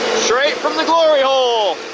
straight from the glory hole.